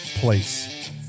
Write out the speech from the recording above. place